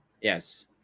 yes